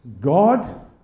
God